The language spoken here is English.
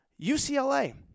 UCLA